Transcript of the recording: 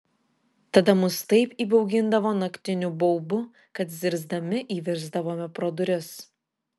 tada mus taip įbaugindavo naktiniu baubu kad zirzdami įvirsdavome pro duris